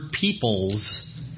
peoples